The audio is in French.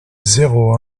zéro